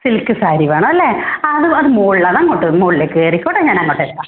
silk sari വേണം അല്ലേ അത് അത് മുകളിലാണ് അത് അങ്ങോട്ട് മുകളിലേക്ക് കയറിക്കോളൂ ഞാൻ അങ്ങോട്ടെത്താം